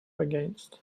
against